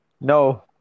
No